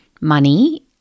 money